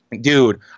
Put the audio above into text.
Dude